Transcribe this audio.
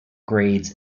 grades